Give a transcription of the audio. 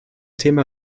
thema